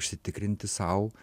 užsitikrinti sau